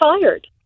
fired